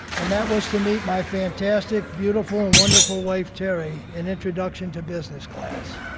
and that was to meet my fantastic, beautiful, and wonderful wife, terrie, in introduction to business class.